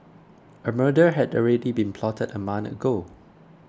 a murder had already been plotted a month ago